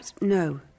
No